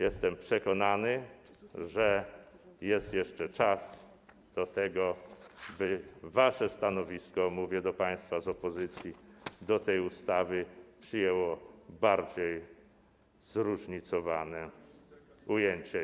Jestem przekonany, że jest jeszcze czas na to, by wasze stanowisko, mówię do państwa z opozycji, wobec tej ustawy przyjęło bardziej zróżnicowane ujęcie.